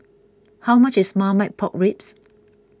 how much is Marmite Pork Ribs